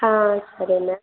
ಹಾಂ ಸರಿ ಮ್ಯಾಮ್